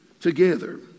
together